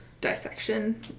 dissection